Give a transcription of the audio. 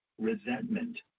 Resentment